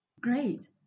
Great